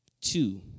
Two